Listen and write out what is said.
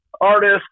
artist